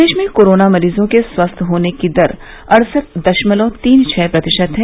प्रदेश में कोरोना मरीजों के स्वस्थ होने की दर अड़सठ दशमलव तीन छः प्रतिशत है